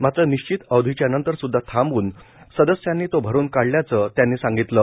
मात्र विश्वित अवधीच्या नंतर सुद्धा थांबून सदस्यांनी तो भरून काढल्याघं नायहू यांनी सांगितलं आहे